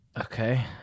Okay